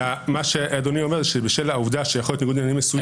אלא מה שאדוני אומר הוא שבשל העובדה שיכול להיות ניגוד עניינים מסוים